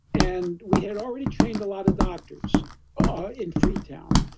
and we had already trained a lot of doctors ah in freetown.